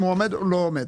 אם הוא עומד או לא עומד.